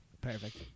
perfect